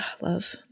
Love